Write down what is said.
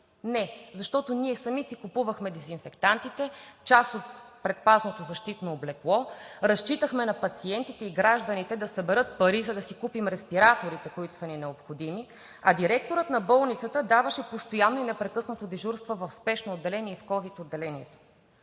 Не! Ние сами си купувахме дезинфектантите, част от предпазното защитно облекло, разчитахме на пациентите и гражданите да съберат пари, за да си купим респираторите, които са ни необходими, а директорът на болницата даваше постоянно и непрекъснато дежурства в Спешното отделение и в ковид отделението.